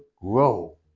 Grow